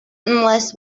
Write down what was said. unless